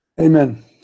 Amen